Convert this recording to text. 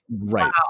right